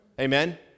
amen